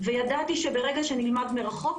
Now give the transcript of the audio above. וידעתי שברגע שנלמד מרחוק,